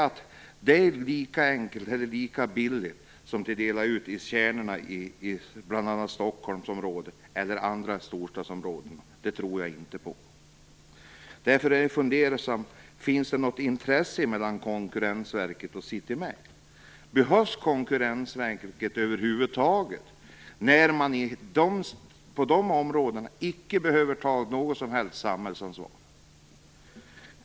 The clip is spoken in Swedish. Att det är lika enkelt eller lika billigt som att dela ut i stadskärnorna i bl.a. Stockholmsområdet eller i andra storstadsområden tror jag inte på. Jag blir därför fundersam. Finns det något intresse mellan Konkurrensverket och City-Mail? Behövs Konkurrensverket över huvud taget när man på dessa områden inte behöver ta något som helst samhällsansvar.